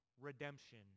redemption